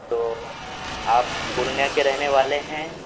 تو آپ پورنیہ کے رہنے والے ہیں